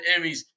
Emmys